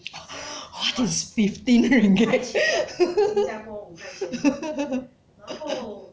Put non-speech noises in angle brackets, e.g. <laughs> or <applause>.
<noise> what is fifteen ringgit <laughs>